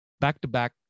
back-to-back